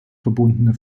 verbundene